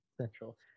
Central